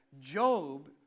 Job